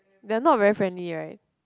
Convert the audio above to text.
they are not very friendly right